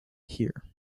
here